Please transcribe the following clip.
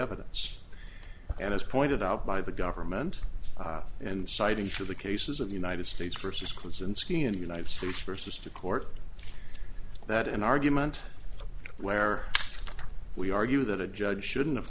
evidence and as pointed out by the government and citing for the cases of the united states versus clothes and skin in the united states versus to court that an argument where we argue that a judge shouldn't have